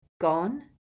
Gone